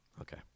Okay